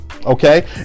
Okay